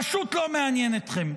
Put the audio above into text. פשוט לא מעניין אתכם.